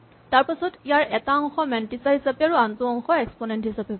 তাৰপাছত ইয়াৰ এটা অংশ মেণ্টিছা হিচাপে আৰু আনটো অংশ এক্সপনেন্ট হিচাপে পাওঁ